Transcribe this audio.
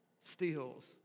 steals